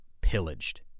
pillaged